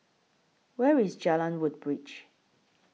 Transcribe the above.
Where IS Jalan Woodbridge